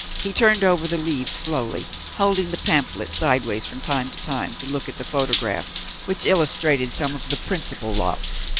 he turned over the leaves slowly, holding the pamphlet sideways from time to time to look at the photographs which illustrated some of the principal lots.